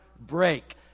break